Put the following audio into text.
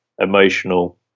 emotional